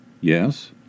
Yes